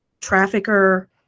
trafficker